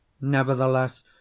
Nevertheless